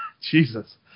Jesus